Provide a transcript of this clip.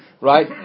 Right